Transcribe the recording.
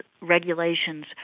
regulations